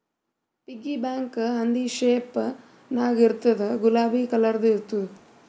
piggy bank ಹಂದಿ shape ನಾಗ್ ಇರ್ತುದ್ ಗುಲಾಬಿ ಕಲರ್ದು ಇರ್ತುದ್